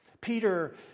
Peter